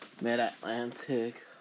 Mid-Atlantic